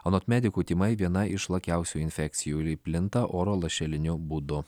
anot medikų tymai viena išlakiausių infekcijų ir ji plinta oro lašeliniu būdu